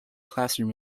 classroom